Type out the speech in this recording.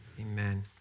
amen